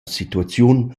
situaziun